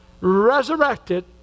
resurrected